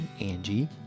Angie